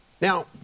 Now